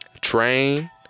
Train